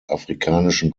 afrikanischen